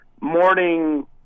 morning